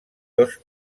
dos